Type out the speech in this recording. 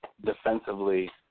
defensively